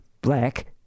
black